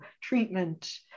treatment